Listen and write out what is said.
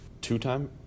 Two-time